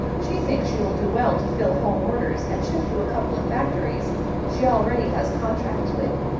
she thinks she will do well to fill home orders and ship to a couple of factories she already has contracts with.